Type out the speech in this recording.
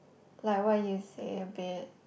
like what you say a bit